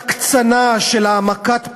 של הקצנה, של העמקת פערים,